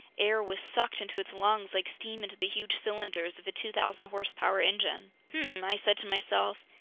air was sucked into its lungs like steam into the huge cylinders of a two thousand horsepower engine. hmm! i said to myself.